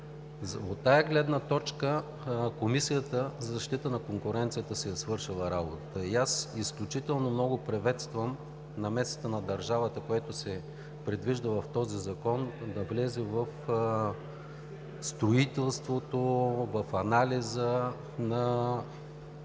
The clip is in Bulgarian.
От тази гледна точка Комисията за защита на конкуренцията си е свършила работата и аз изключително много приветствам намесата на държавата, което се предвижда в този закон – да влезе в строителството, в анализа на